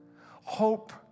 Hope